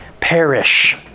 perish